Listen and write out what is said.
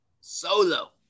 solo